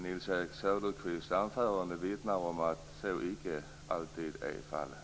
Nils-Erik Söderqvists anförande vittnar om att så icke alltid är fallet.